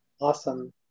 Awesome